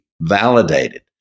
validated